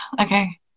Okay